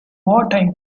wartime